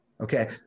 okay